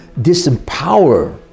disempower